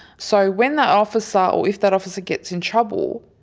so when that officer or if that officer gets in trouble,